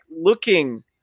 looking